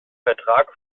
vertrag